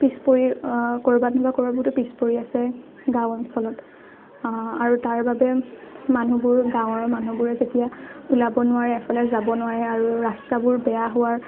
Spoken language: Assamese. পিছ পৰি ক'ৰবাত নহয় ক'ৰবাত পিছ পৰি আছে গাঁও অঞ্চলত আৰু তাৰবাবে মানুহবোৰ গাঁৱৰ মানুহবোৰে যেতিয়া ওলাব নোৱাৰে এফালে যাব নোৱাৰে আৰু ৰাস্তাবোৰ বেয়া হোৱাৰ